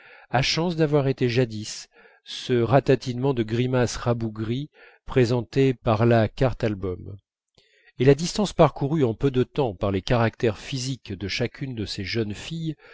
a chance d'avoir été jadis ce ratatinement de grimace rabougrie présenté par la carte album et la distance parcourue en peu de temps par les caractères physiques de chacune de ces jeunes filles